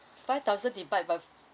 five thousand divide by